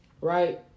right